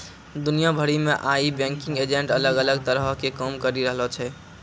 दुनिया भरि मे आइ बैंकिंग एजेंट अलग अलग तरहो के काम करि रहलो छै